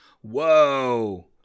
Whoa